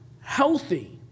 healthy